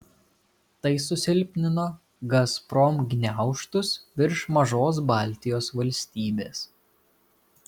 tai susilpnino gazprom gniaužtus virš mažos baltijos valstybės